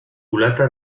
culata